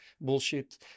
bullshit